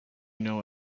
know